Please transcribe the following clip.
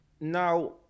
Now